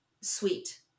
sweet